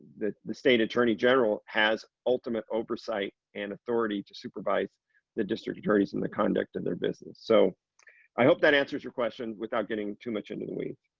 the the state attorney general has ultimate oversight and authority to supervise the district attorney's in the conduct of and their business. so i hope that answers your question without getting too much into the weeds.